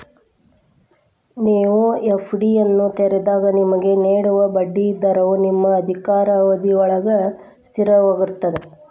ನೇವು ಎ.ಫ್ಡಿಯನ್ನು ತೆರೆದಾಗ ನಿಮಗೆ ನೇಡುವ ಬಡ್ಡಿ ದರವ ನಿಮ್ಮ ಅಧಿಕಾರಾವಧಿಯೊಳ್ಗ ಸ್ಥಿರವಾಗಿರ್ತದ